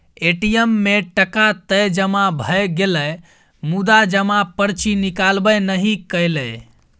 ATM मे टका तए जमा भए गेलै मुदा जमा पर्ची निकलबै नहि कएलै